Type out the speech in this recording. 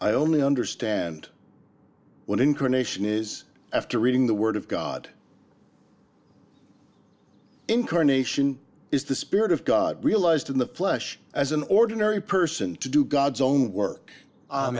i only understand when incarnation is after reading the word of god incarnation is the spirit of god realized in the flesh as an ordinary person to do god's own work